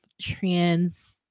trans